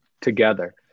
together